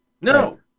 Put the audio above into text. No